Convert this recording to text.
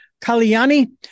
Kalyani